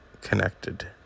connected